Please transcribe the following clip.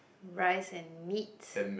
rice and meat